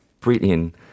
brilliant